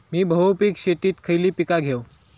मी बहुपिक शेतीत खयली पीका घेव?